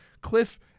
Cliff